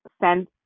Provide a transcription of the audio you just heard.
send